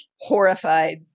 horrified